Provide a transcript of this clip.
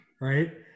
right